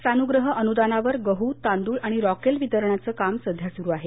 सानुग्रह अनुदानावर गडू तांदूळ आणि रॉकेल वितरणाचं काम सुरू आहे